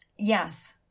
Yes